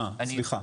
אה, סליחה.